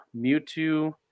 mewtwo